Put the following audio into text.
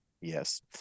yes